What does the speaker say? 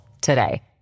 today